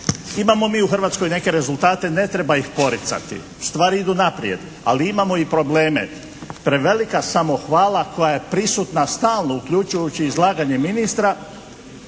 Imamo mi u Hrvatskoj neke rezultate, ne treba ih poricati. Stvari idu naprijed, ali imamo i probleme. Prevelika samohvala koja je prisutna stalno uključujući izlaganje ministra